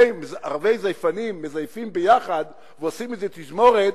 זייפנים מזייפים יחד ועושים מזה תזמורת,